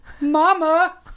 Mama